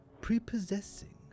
prepossessing